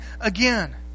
again